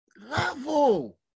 level